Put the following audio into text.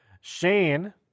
Shane